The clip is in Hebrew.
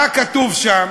מה כתוב שם?